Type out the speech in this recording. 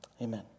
Amen